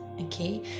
okay